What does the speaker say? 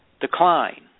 decline